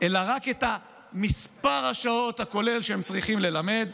אלא רק את מספר השעות הכולל שהם צריכים ללמד.